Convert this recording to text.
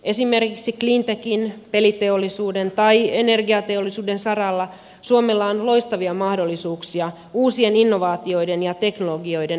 esimerkiksi cleantechin peliteollisuuden tai energiateollisuuden saralla suomella on loistavia mahdollisuuksia uusien innovaatioiden ja teknologioiden edelläkävijäksi